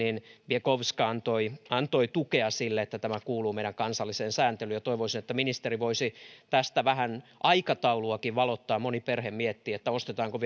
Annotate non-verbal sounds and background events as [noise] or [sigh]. bienkowska antoi antoi tukea sille että tämä kuuluu meidän kansalliseen sääntelyyn toivoisin että ministeri voisi tästä vähän aikatauluakin valottaa moni perhe miettii että ostetaanko [unintelligible]